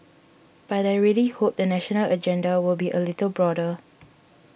but I really hope the national agenda will be a little broader